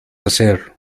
hacer